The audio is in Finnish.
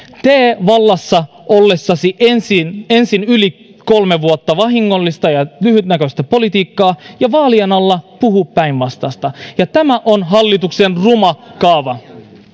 tee vallassa ollessasi ensin ensin yli kolme vuotta vahingollista ja lyhytnäköistä politiikkaa ja vaalien alla puhu päinvastaista tämä on hallituksen ruma kaava